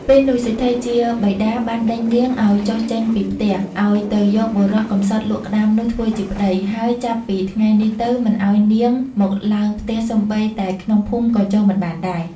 ពេលនោះ សេដ្ឋីជាបិតាបានដេញនាងឲ្យចុះចេញពីផ្ទះឲ្យទៅយកបុរសម្សត់លក់ក្ដាមនោះធ្វើជាប្ដី ហើយចាប់ពីថ្ងៃនេះទៅមិនឲ្យនាងមកឡើងផ្ទះសូម្បីតែក្នុងភូមិក៏ចូលមិនបានដែរ។